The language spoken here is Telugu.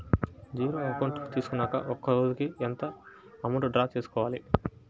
జీరో అకౌంట్ తీసుకున్నాక ఒక రోజుకి ఎంత అమౌంట్ డ్రా చేసుకోవాలి?